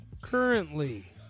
Currently